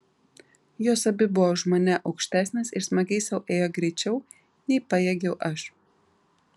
jos abi buvo už mane aukštesnės ir smagiai sau ėjo greičiau nei pajėgiau aš